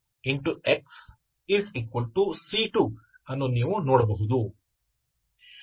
ಇವು ಸಂಕೀರ್ಣವಾದ ವಿಷಯಗಳು